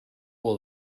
will